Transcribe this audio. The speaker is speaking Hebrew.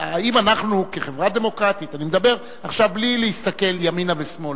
האם אנחנו כחברה דמוקרטית אני מדבר עכשיו בלי להסתכל ימינה ושמאלה,